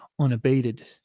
unabated